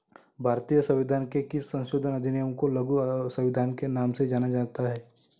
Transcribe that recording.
भारतीय संविधान के किस संशोधन अधिनियम को लघु संविधान के नाम से जाना जाता है?